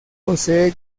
posee